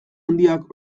handiak